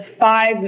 five